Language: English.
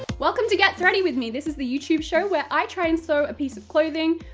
welcome to get thready with me! this is the youtube show where i try and sew a piece of clothing.